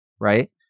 right